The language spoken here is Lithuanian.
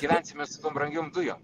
gyvensime su tom brangiom dujom